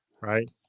Right